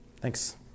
thanks